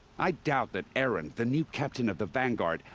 i doubt that erend, the new captain of the vanguard.